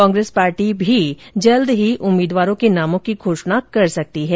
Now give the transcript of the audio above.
Congress party भी जल्द ही उम्मीदवारों के नामों की घोषणा कर सकती है